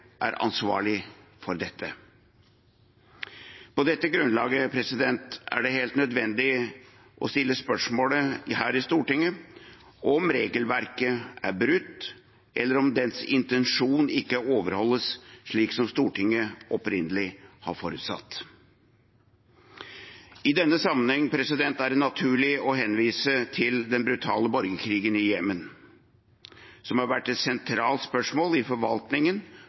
er ansvarlig for dette. På dette grunnlaget er det helt nødvendig å stille spørsmål her i Stortinget om regelverket er brutt, eller om dets intensjon ikke overholdes slik som Stortinget opprinnelig har forutsatt. I denne sammenheng er det naturlig å henvise til den brutale borgerkrigen i Jemen, som har vært et sentralt spørsmål i forvaltningen